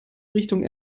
richtung